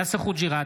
יאסר חוג'יראת,